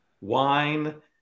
wine